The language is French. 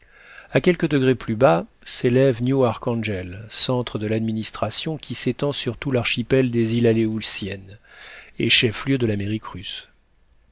à quelques degrés plus bas s'élève new arkhangel centre de l'administration qui s'étend sur tout l'archipel des îles aléoutiennes et chef-lieu de l'amérique russe